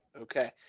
Okay